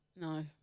No